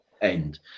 end